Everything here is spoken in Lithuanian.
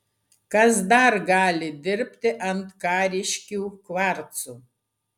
kas dar gali dirbti ant kariškių kvarcų